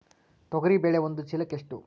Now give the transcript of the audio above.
ತೊಗರಿ ಬೇಳೆ ಒಂದು ಚೀಲಕ ಎಷ್ಟು?